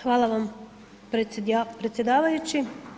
Hvala vam predsjedavajući.